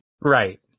Right